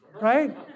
right